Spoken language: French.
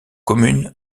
commune